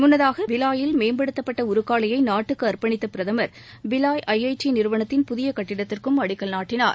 முன்னதாக பிலாயில் மேம்படுத்தப்பட்ட உருக்காலையை நாட்டுக்கு அர்ப்பணித்த பிரதமர் பிலாய் ஐஐடி நிறுவனத்தின் புதிய கட்டிடத்திற்கும் அடிக்கல் நாட்டினார்